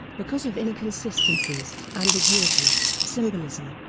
because of inconsistencies, ambiguities, symbolism,